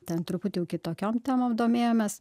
ten truputį jau kitokiom temom domėjomės